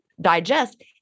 digest